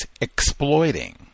exploiting